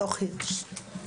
דו"ח הירש.